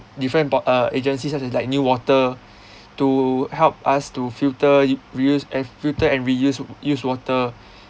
different bo~ uh agencies such as like NEWater to help us to filter reuse eh filter and reuse used water